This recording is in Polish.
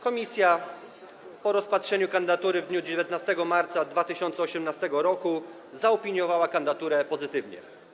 Komisja po rozpatrzeniu kandydatury w dniu 19 marca 2018 r. zaopiniowała kandydaturę pozytywnie.